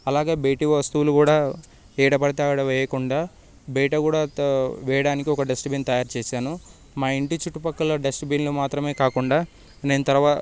అలాగే బయట వస్తువులు కూడా ఎక్కడ పడితే అక్కడ వేయకుండా బయట కూడా వేయడానికి ఒక డస్ట్బిన్ తయారు చేశాను మా ఇంటి చుట్టుపక్కల డస్ట్బిన్లు మాత్రమే కాకుండా నేను తర్వాత